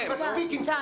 מספיק עם זה,